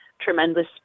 tremendous